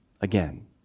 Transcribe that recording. again